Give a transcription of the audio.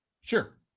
Sure